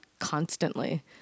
Constantly